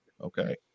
Okay